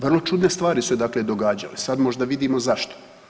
Vrlo čudne stvari su se dakle događale, sad možda vidimo zašto.